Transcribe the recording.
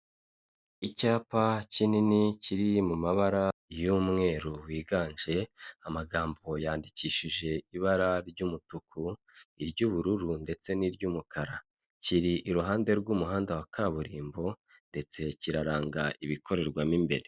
Icyapa kinini kiri mu mabara y'umweru wiganje, amagambo yandikishije ibara ry'umutuku, iry'ubururu ndetse n'iry'umukara, kiri iruhande rw'umuhanda wa kaburimbo ndetse kiraranga ibikorerwamo imbere.